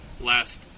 last